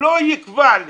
לא יקבע לי.